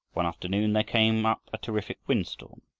one afternoon there came up a terrific wind storm.